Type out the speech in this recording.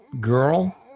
girl